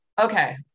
okay